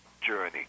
journey